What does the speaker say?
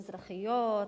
אזרחיות,